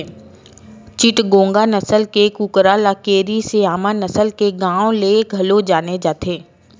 चिटगोंग नसल के कुकरा ल केरी स्यामा नसल के नांव ले घलो जाने जाथे